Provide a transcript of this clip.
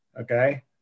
Okay